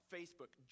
Facebook